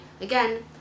again